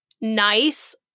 nice